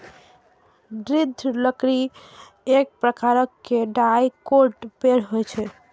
दृढ़ लकड़ी एक प्रकारक डाइकोट पेड़ होइ छै